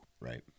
Right